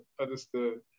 understood